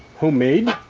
homemade.